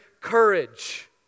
courage